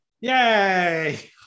Yay